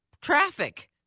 traffic